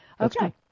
okay